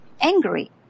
angry